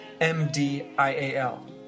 M-D-I-A-L